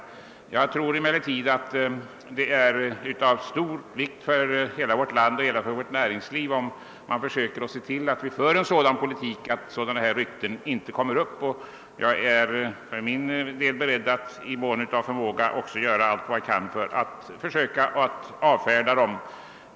Det är emellertid av stor vikt för hela vårt land och vårt näringsliv att vi försöker föra en sådan ' politik att rykten av detta slag inte uppkommer, och jag är för min del beredd att göra vad jag kan för att avfärda ryktena.